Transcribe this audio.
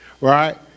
right